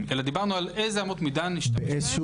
אלא על אילו אמות מידה- -- רגע.